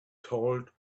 told